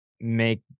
make